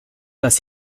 das